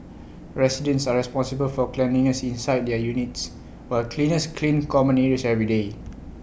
residents are responsible for cleanliness inside their units while cleaners clean common areas every day